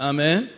Amen